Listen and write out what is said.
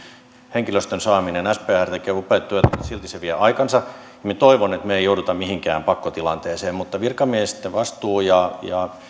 henkilöstön saaminen spr tekee upeaa työtä mutta silti se vie aikansa minä toivon että me emme joudu mihinkään pakkotilanteeseen mutta virkamiesten vastuulla on ja